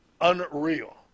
unreal